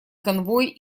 конвой